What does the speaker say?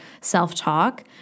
self-talk